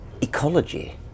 ecology